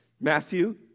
Matthew